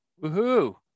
Woohoo